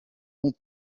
ronds